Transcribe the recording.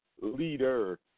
leader